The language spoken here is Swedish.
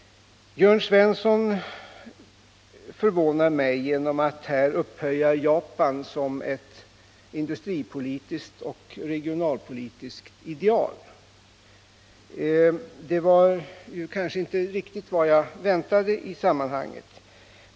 Jörn Svensson förvånar mig genom att upphöja Japan till ett industripolitiskt och regionalpolitiskt ideal. Det var kanske inte riktigt vad jag väntade i sammanhanget.